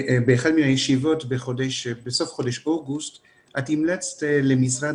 באחד מהישיבות שהתקיימו בסוף חודש אוגוסט המלצת למשרד